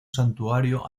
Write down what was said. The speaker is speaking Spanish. santuario